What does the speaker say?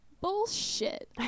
bullshit